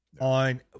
on